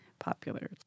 popular